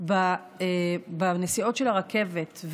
בנסיעות של הרכבת,